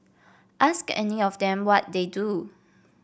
ask any of them what they do